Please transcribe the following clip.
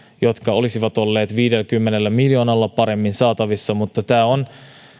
jotka olisivat olleet viidelläkymmenellä miljoonalla paremmin saatavissa mutta tämä on